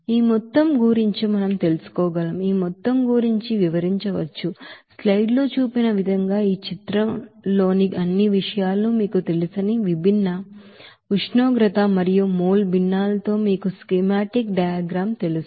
ఈ మొత్తం గురించి మనం తెలుసుకోగలం ఈ మొత్తం గురించి వివరించవచ్చు స్లైడ్ లో చూపించిన విధంగా ఈ చిత్రంలోని అన్ని విషయాలు మీకు తెలిసిన విభిన్న ఉష్ణోగ్రత మరియు మోల్ ఫ్రాక్షన్స్ తో మీకు స్కీమాటిక్ డయాగ్రమ్ తెలుసు